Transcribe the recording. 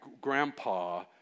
grandpa